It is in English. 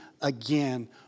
again